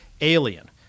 alien